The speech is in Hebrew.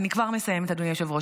אני כבר מסיימת, אדוני היושב-ראש.